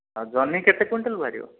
ଆଉ ଜହ୍ନି କେତେ କୁଇଣ୍ଟାଲ୍ ବାହାରିବ